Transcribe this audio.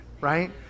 right